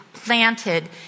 Planted